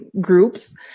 groups